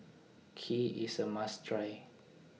Kheer IS A must Try